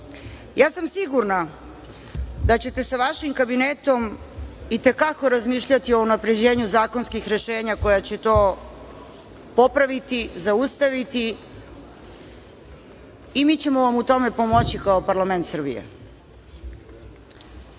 Ja sam sigurna da ćete sa vašim kabinetom i te kako razmišljati o unapređenju zakonskih rešenja koja će to popraviti, zaustaviti i mi ćemo vam u tome pomoći kao parlament